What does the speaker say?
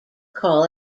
call